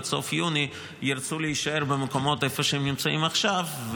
עד סוף יוני ירצו להישאר במקומות איפה שהם נמצאים עכשיו,